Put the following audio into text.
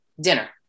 dinner